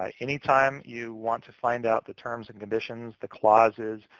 ah any time you want to find out the terms and conditions, the clauses,